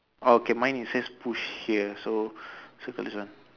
okay mine is says push here so circle this one